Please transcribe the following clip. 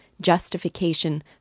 justification